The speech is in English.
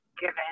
given